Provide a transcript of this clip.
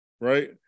right